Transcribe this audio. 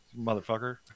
motherfucker